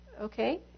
Okay